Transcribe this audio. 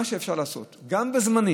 מה שאפשר לעשות, גם בזמנים,